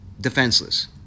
Defenseless